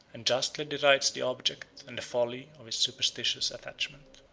and justly derides the object, and the folly, of his superstitious attachment.